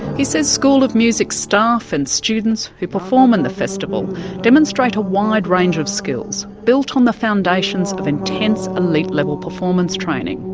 he says school of music staff and students who perform in the festival demonstrate a wide range of skills, built on the foundations of intense elite-level performance training.